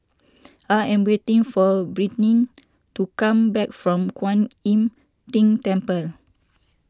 I am waiting for Brittni to come back from Kwan Im Tng Temple